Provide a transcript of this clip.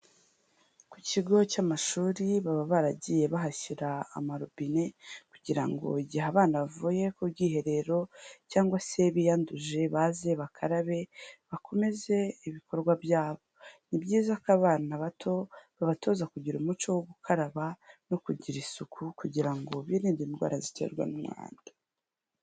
Ku kigo cy'amashuri baba baragiye bahashyira amarobine kugira ngo igihe abana bavuye ku bwiherero cyangwa se biyanduje baze bakarabe, bakomeze ibikorwa byabo. Ni byiza ko abana bato babatoza kugira umuco wo gukaraba no kugira isuku kugira ngo birinde indwara ziterwa n'umwanda.